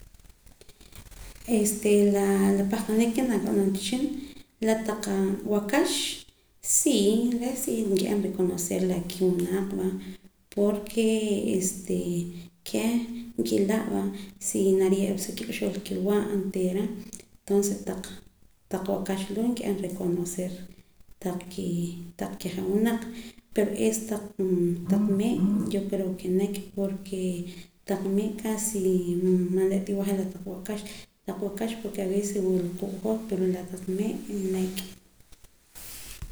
Estee la la pahqanik ke nakab'anam cha wehchin la taq waakax sii reh si nkib'an reconocer la kiwinaaq va porke este keh nkila' va si nariye'ra pa sa kik'uxb'aal kiwa' onteera entons taq taq waakax loo' nki'an reconocer taq kijawinaq pero este taq mee yo creo ke nek' porke taq mee' casi man re' ta igual je' taq waakax taq waakax porke aveces wula quu' hoj pero la taq mee' nek'